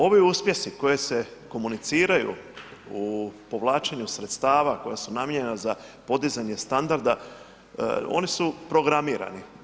Ovi uspjesi koji se komuniciraju u povlačenju sredstava koja su namijenjena za podizanje standarda, oni su programirani.